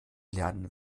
lernen